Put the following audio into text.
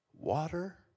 water